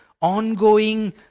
ongoing